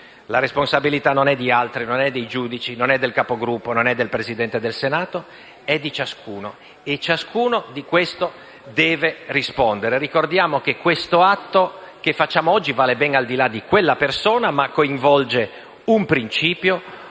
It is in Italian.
La responsabilità non è di altri, non è dei giudici, del Capogruppo, del Presidente del Senato: è di ciascuno e ciascuno di questo deve rispondere. Ricordiamo che l'atto che facciamo oggi va ben al di là di quella persona, ma coinvolge altre